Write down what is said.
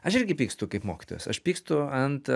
aš irgi pykstu kaip mokytojas aš pykstu ant